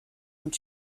und